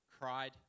cried